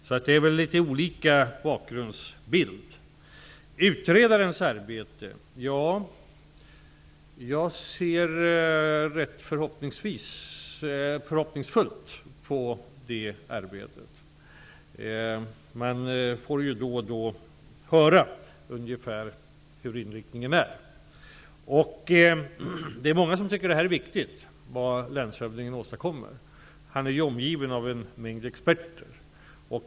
Så det är litet olika bakgrundsbild. Beträffande utredarens arbete: Jag ser förhoppningsfullt på det arbetet. Man får då och då höra hur inriktningen är. Det är många som tycker att det som landshövdingen åstadkommer är viktigt. Han är omgiven av en mängd experter.